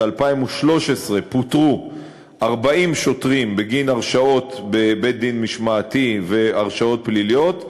ב-2013 פוטרו 40 שוטרים בגין הרשעות בבית-דין משמעתי והרשעות פליליות,